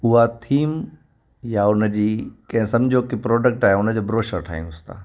उहा थीम यां उन जी कंहीं समिझो के प्रॉडक्ट आहे उन जो ब्रॉशर ठाहियूंसि था